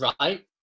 right